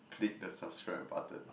click the subscribe button